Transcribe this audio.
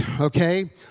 okay